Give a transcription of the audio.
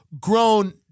grown